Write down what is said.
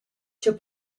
cha